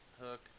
hook